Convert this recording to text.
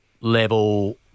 level